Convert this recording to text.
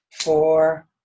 four